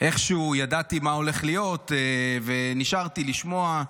אני איכשהו ידעתי מה הולך להיות ונשארתי לשמוע.